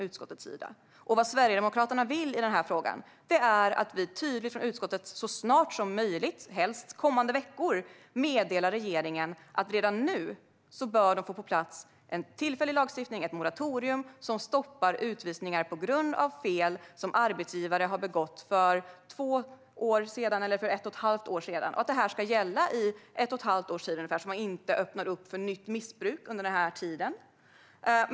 Det Sverigedemokraterna vill är att utskottet tydligt och så snart som möjligt, helst under kommande veckor, meddelar regeringen att de redan nu bör få på plats en tillfällig lagstiftning, ett moratorium, som stoppar utvisningar på grund av fel som arbetsgivare har begått för ett och ett halvt eller två år sedan. Denna ska gälla i ungefär ett och ett halvt år, så att man inte öppnar för nytt missbruk under den tiden.